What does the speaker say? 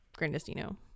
Grandestino